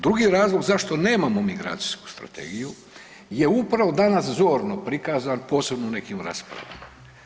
Drugi razlog zašto nemamo migracijsku strategiju je upravo danas zorno prikazan posebno u nekim raspravama.